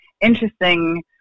interesting